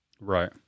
Right